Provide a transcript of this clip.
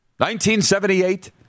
1978